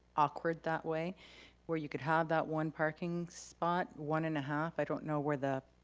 awkward that way where you could have that one parking spot, one and a half, i don't know where the,